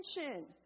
attention